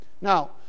Now